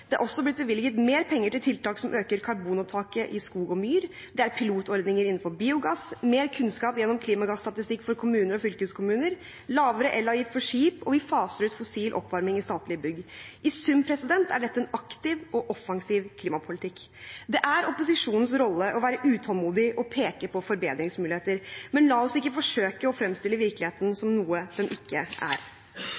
Det er også blitt bevilget mer penger til tiltak som øker karbonopptaket i skog og myr. Det er pilotordninger innenfor biogass, mer kunnskap gjennom klimagasstatistikk for kommuner og fylkeskommuner, lavere elavgift for skip, og vi faser ut fossil oppvarming i statlige bygg. I sum er dette en aktiv og offensiv klimapolitikk. Det er opposisjonens rolle å være utålmodig og peke på forbedringsmuligheter. Men la oss ikke forsøke å fremstille virkeligheten